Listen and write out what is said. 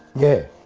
yeah.